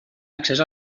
accés